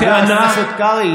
חבר הכנסת קרעי,